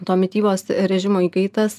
to mitybos režimo įkaitas